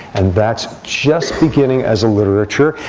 and that's just beginning as a literature.